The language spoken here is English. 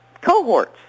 cohorts